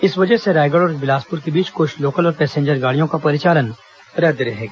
इस वजह से रायगढ़ और बिलासपुर के बीच कुछ लोकल और पैसेंजर गाड़ियों का परिचालन रद्द रहेगा